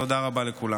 תודה רבה לכולם.